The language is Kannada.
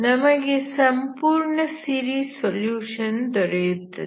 ನಮಗೆ ಸಂಪೂರ್ಣ ಸೀರೀಸ್ ಸೊಲ್ಯೂಷನ್ ದೊರೆಯುತ್ತದೆ